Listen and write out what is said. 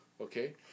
Okay